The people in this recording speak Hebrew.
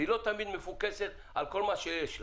והיא לא תמיד מפוקסת על כל מה שיש לה.